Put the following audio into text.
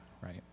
Right